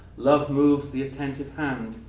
love moves the attentive hand,